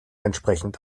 entsprechend